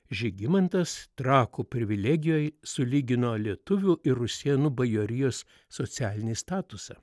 žygimantas trakų privilegijoj sulygino lietuvių ir rusėnų bajorijos socialinį statusą